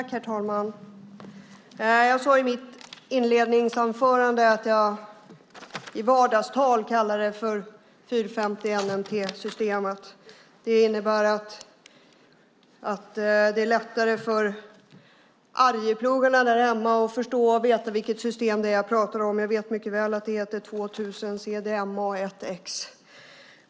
Herr talman! Jag sade i mitt inledningsanförande att jag i vardagstal kallar det för 450 NMT-systemet. Då är det lättare för arjeplogarna därhemma att förstå vilket system jag talar om. Jag vet mycket väl att det heter 2000CDMA1X.